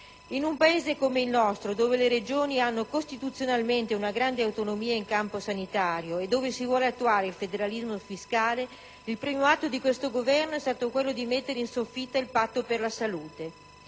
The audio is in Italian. In un Paese come il nostro, dove le Regioni hanno costituzionalmente una grande autonomia in campo sanitario e dove si vuole attuare il federalismo fiscale, il primo atto di questo Governo è stato quello di mettere in soffitta il Patto per la salute.